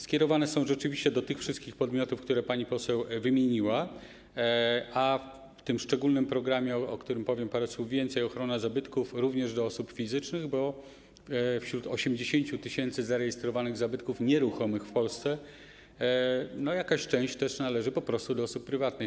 Skierowane są rzeczywiście do tych wszystkich podmiotów, które pani poseł wymieniła, a ten szczególny program, o którym powiem parę słów więcej, czyli ˝Ochrona zabytków˝, również do osób fizycznych, bo wśród 80 tys. zarejestrowanych zabytków nieruchomych w Polsce jakaś część należy po prostu do osób prywatnych.